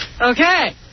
Okay